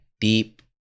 deep